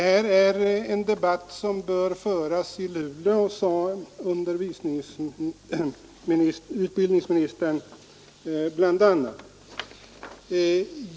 Herr talman! Utbildningsministern sade bl.a. att detta är en debatt som bör föras i Luleå.